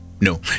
no